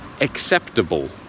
acceptable